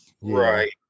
right